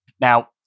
Now